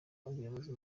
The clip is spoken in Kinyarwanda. umuyobozi